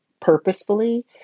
purposefully